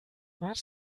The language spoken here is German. was